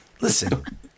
Listen